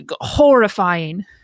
horrifying